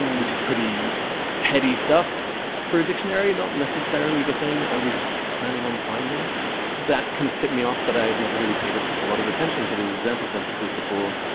which is pretty heady stuff for a dictionary, not necessarily the thing that i was planning on finding. and that kind of tipped me off that i had never really paid ah a lot of attention to these example sentences before,